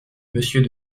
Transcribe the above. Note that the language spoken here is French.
monsieur